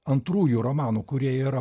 antrųjų romanų kurie yra